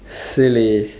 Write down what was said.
silly